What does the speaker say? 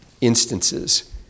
instances